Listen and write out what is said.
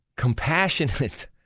compassionate